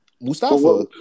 Mustafa